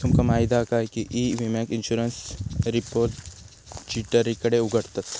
तुमका माहीत हा काय की ई विम्याक इंश्युरंस रिपोजिटरीकडे उघडतत